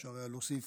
אפשר היה להוסיף